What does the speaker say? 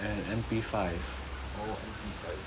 oh M_P five